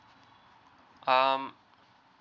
um